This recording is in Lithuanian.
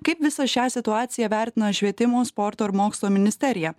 kaip visą šią situaciją vertina švietimo sporto ir mokslo ministerija